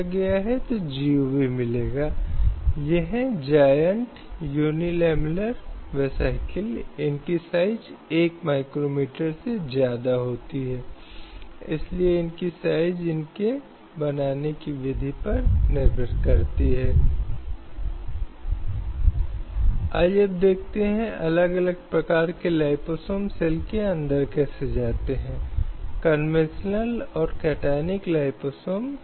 अब उन तर्कों या जमाओं में से एक जो आगे रखा गया था कि जब इन स्टार होटलों की बात आती है तो बेहतर सुरक्षा तंत्र थे जिन्हें महिलाओं की सुरक्षा के लिए रखा जा सकता था लेकिन अन्य प्रकार के होटलों के मामले में जब ऐसे प्रदर्शन होते हैं कई बार यह महिलाओं के शोषण ऐसी महिलाओं के खिलाफ हिंसा के विभिन्न रूपों के अपराध की ओर जाता है